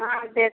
हाँ देब